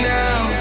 now